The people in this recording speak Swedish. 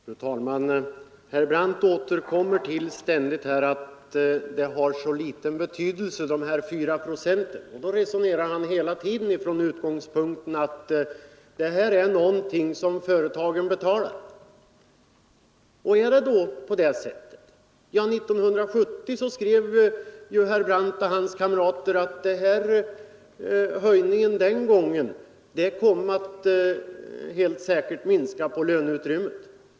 Fru talman! Herr Brandt återkommer ständigt till att dessa 4 procent har en så liten betydelse. Han resonerar då hela tiden från den utgångspunkten att detta är någonting som företagen betalar. Är det på det sättet? Ja, år 1970 skrev herr Brandt och hans kamrater att höjningen den gången helt säkert kom att minska löneutrymmet.